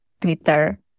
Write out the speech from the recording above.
Twitter